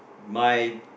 my